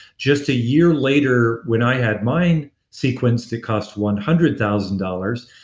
just a year later when i had mine sequenced, it cost one hundred thousand dollars.